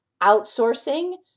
outsourcing